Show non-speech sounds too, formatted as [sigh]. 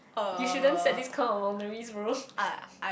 you shouldn't set this kind of boundaries bro [laughs]